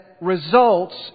results